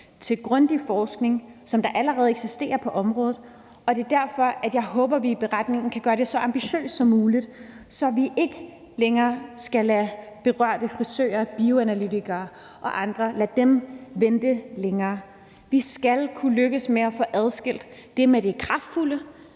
af grundig forskning , som allerede eksisterer på området. Det er derfor, jeg håber, at vi i beretningen kan gøre det så ambitiøst som muligt, så vi ikke skal lade de berørte frisører, bioanalytikere og andre vente længere. Vi skal kunne lykkes med at få adskilt det, der angår